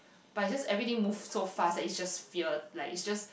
but is just everything moves so fast that is just fear like is just